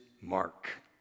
mark